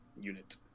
unit